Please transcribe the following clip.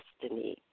destiny